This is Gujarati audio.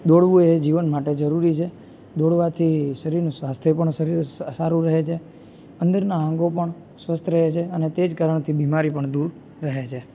દોડવું એ જીવન માટે જરૂરી છે દોડવાથી શરીરનું સ્વાસ્થ્ય પણ શરીર સા સારું રહે છે અંદરના અંગો પણ સ્વસ્થ રહે છે અને તે જ કારણથી બીમારી પણ દૂર રહે છે